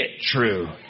true